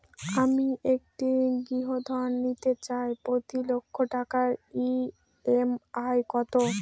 আমি একটি গৃহঋণ নিতে চাই প্রতি লক্ষ টাকার ই.এম.আই কত?